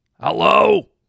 Hello